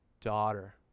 daughter